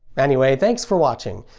anyway, thanks for watching!